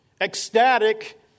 ecstatic